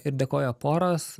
ir dėkoja poros